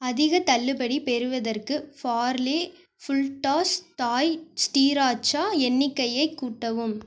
அதிகத் தள்ளுபடி பெறுவதற்கு பார்லே ஃபுல்டாஸ் தாய் ஸ்ரீராச்சா எண்ணிக்கையைக் கூட்டவும்